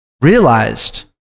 realized